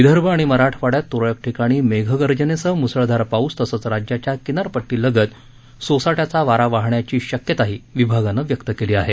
विदर्भ आणि मराठवाङ्यात तुरळक ठिकाणी मेघगर्जनेसह मुसळधार पाऊस तसंच राज्याच्या किनारपट्टीलगत सोसाट्याचा वारा वाहण्याची शक्यताही विभागानं व्यक्त केली आहे